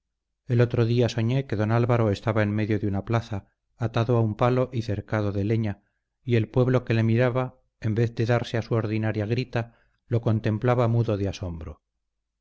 el otro día soñé que don álvaro estaba en medio de una plaza atado a un palo y cercado de leña y el pueblo que le miraba en vez de darse a su ordinaria grita lo contemplaba mudo de asombro